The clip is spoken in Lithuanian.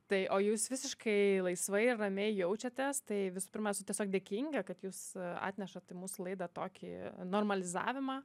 tai o jūs visiškai laisvai ir ramiai jaučiatės tai visų pirma esu tiesiog dėkinga kad jūs atnešat į mūsų laidą tokį normalizavimą